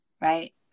Right